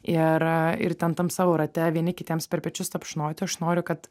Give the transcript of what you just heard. ir ir ten tam savo rate vieni kitiems per pečius tapšnoti aš noriu kad